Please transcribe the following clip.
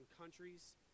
countries